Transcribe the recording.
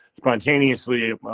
Spontaneously